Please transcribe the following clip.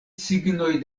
signoj